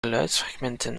geluidsfragmenten